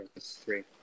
three